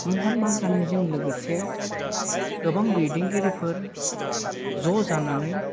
महात्मा गान्धिजों लोगोसे गोबां दैदेनगिरिफोर ज' जानानै